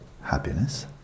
happiness